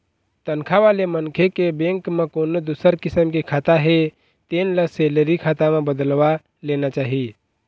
तनखा वाले मनखे के बेंक म कोनो दूसर किसम के खाता हे तेन ल सेलरी खाता म बदलवा लेना चाही